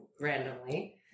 randomly